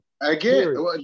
Again